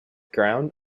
ground